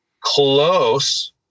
close